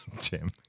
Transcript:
Jim